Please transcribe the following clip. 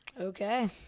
Okay